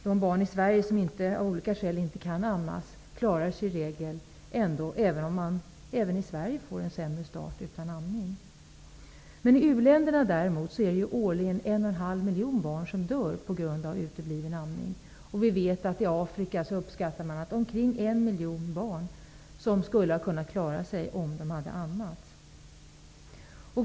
De barn i Sverige som av olika skäl inte kan ammas klarar sig i regel, även om de får en sämre start utan amning. Däremot dör årligen en och en halv miljon barn i u-länderna på grund av utebliven amning. Man uppskattar också att omkring en miljon barn i Afrika skulle ha kunnat klara sig om de hade ammats.